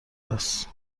است